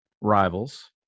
Rivals